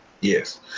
Yes